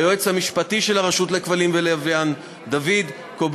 ליועץ המשפטי של המועצה לשידורי כבלים ולוויין דוד קובסניאנו,